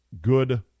good